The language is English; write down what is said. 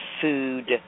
food